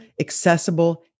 accessible